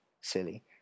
silly